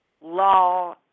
law